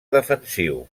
defensiu